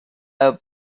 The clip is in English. have